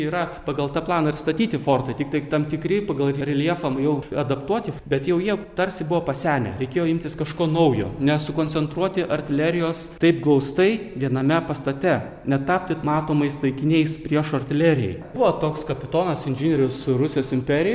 yra pagal tą planą ir statyti fortai tiktai tam tikri pagal reljefą jau adaptuoti bet jau jie tarsi buvo pasenę reikėjo imtis kažko naujo nesukoncentruoti artilerijos taip glaustai viename pastate netapti matomais taikiniais priešo artilerijai buvo toks kapitonas inžinierius rusijos imperijoj